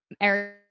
Eric